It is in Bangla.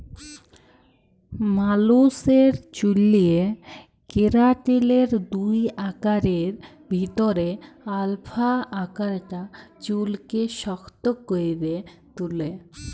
মালুসের চ্যুলে কেরাটিলের দুই আকারের ভিতরে আলফা আকারটা চুইলকে শক্ত ক্যরে তুলে